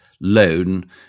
loan